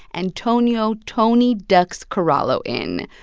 antonio tony ducks corallo, in.